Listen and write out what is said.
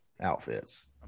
outfits